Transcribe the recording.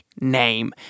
name